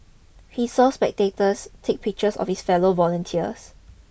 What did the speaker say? he saw spectators take pictures of his fellow volunteers